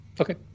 Okay